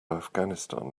afghanistan